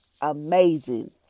amazing